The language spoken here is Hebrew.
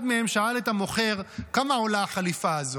אחד מהם שאל את המוכר: כמה עולה החליפה הזו?